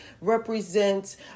represents